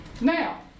Now